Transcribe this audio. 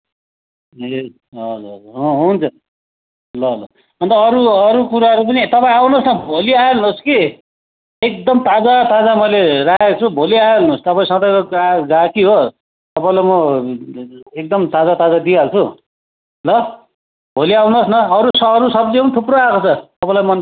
ए हजर हजर अँ हुन्छ ल ल अन्त अरू अरू कुराहरू पनि तर आउनुहोस् न भोलि आइहाल्नुहोस् कि एकदम ताजा ताजा मैले राखेको छु भोलि आइहाल्नुहोस् तपाईँ सधैँको गा गाहकी हो तपाईँलाई म एकदम ताजा ताजा दिइहाल्छु ल भोलि आउनुहोस् न अरू अरू सब्जी पनि थुप्रो आएको छ तपाईँलाई मनपर्ने ल